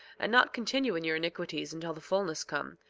and not continue in your iniquities until the fulness come,